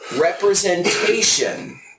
representation